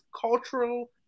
cultural